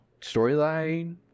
Storyline